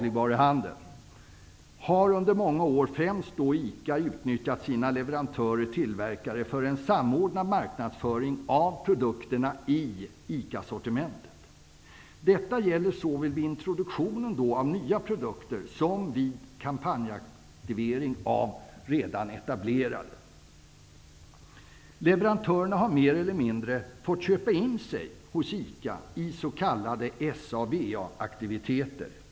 ICA under många år utnyttjat sina leverantörer VA aktiviteter.